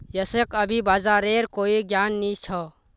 यशक अभी बाजारेर कोई ज्ञान नी छ